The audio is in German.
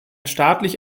staatlich